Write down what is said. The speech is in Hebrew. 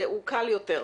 הוא קל יותר.